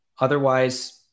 Otherwise